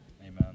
Amen